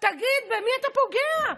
תגיד, במי אתה פוגע?